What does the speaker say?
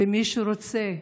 ומי שרוצה,